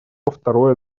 второе